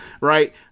right